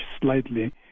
slightly